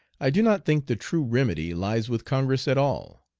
i do not think the true remedy lies with congress at all.